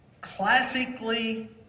classically